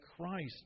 Christ